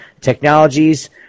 technologies